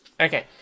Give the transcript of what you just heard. Okay